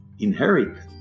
Inherit